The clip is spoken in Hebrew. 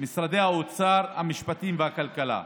משרדי האוצר, המשפטים והכלכלה.